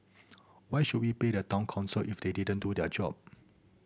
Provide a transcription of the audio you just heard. why should we pay the Town Council if they didn't do their job